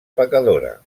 pecadora